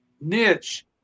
niche